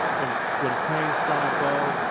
when when planes fly above,